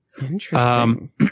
Interesting